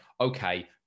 okay